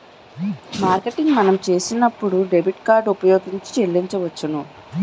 marketing మనం చేసినప్పుడు debit card ఉపయోగించి చెల్లించవచ్చును